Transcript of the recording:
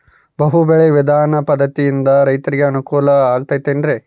ಬಹು ಬೆಳೆ ವಿಧಾನ ಪದ್ಧತಿಯಿಂದ ರೈತರಿಗೆ ಅನುಕೂಲ ಆಗತೈತೇನ್ರಿ?